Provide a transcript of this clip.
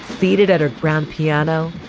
seated at her grand piano,